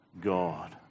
God